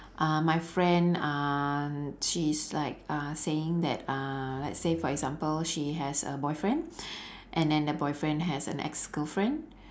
uh my friend uh she is like uh saying that uh let's say for example she has a boyfriend and then the boyfriend has an ex girlfriend